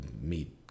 meet